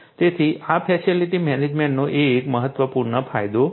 તેથી આ ફેસિલિટી મેનેજમેન્ટનો એક મહત્વપૂર્ણ ફાયદો છે